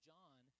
John